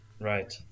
Right